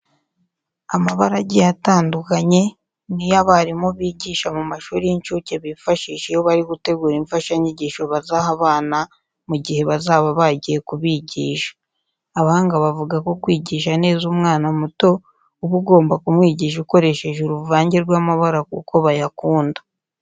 Amabara agiye atandukanye ni yo abarimu bigisha mu mashuri y'incuke bifashisha iyo bari gutegura imfashanyigisho bazaha abana mu gihe bazaba bagiye kubigisha. Abahanga bavuga ko kwigisha neza umwana muto uba ugomba kumwigisha ukoresheje uruvange rw'amabara kuko bayakunda.